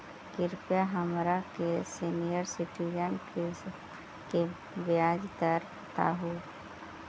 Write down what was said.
कृपा हमरा के सीनियर सिटीजन स्कीम के ब्याज दर बतावहुं